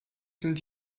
sind